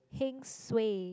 heng suay